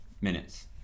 minutes